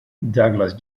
douglas